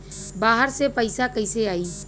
बाहर से पैसा कैसे आई?